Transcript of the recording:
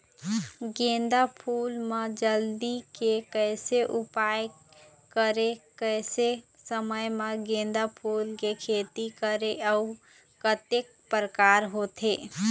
गेंदा फूल मा जल्दी के कैसे उपाय करें कैसे समय मा गेंदा फूल के खेती करें अउ कतेक प्रकार होथे?